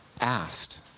asked